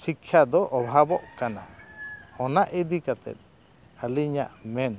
ᱥᱤᱠᱠᱷᱟ ᱫᱚ ᱚᱵᱷᱟᱵᱚᱜ ᱠᱟᱱᱟ ᱚᱱᱟ ᱤᱫᱤ ᱠᱟᱛᱮ ᱟᱹᱞᱤᱧᱟᱜ ᱢᱮᱱ